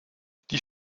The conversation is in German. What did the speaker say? die